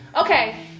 Okay